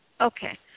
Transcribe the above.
Okay